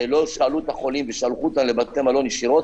שלא שאלו את החולים ושלחו אותם לבתי מלון ישירות,